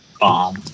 Bomb